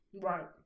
Right